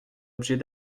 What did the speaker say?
l’objet